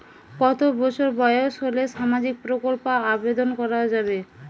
কত বছর বয়স হলে সামাজিক প্রকল্পর আবেদন করযাবে?